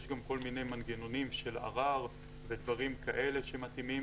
יש גם כל מיני מנגנונים של ערר ודברים כאלה שמתאימים.